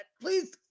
please